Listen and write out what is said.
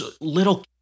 little